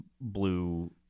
blue